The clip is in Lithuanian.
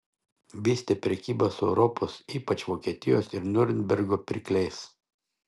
vystė prekybą su europos ypač vokietijos ir niurnbergo pirkliais